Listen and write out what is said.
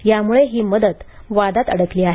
त्यामुळे ही मदत वादात अडकली आहे